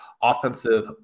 offensive